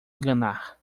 enganar